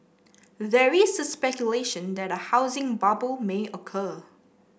there is speculation that a housing bubble may occur